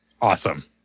Awesome